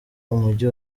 umujyi